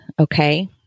okay